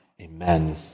Amen